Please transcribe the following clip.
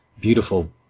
beautiful